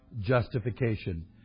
justification